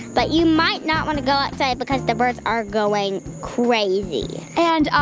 but you might not want to go outside because the birds are going crazy and,